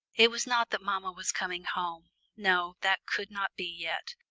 it was not that mamma was coming home no, that could not be yet.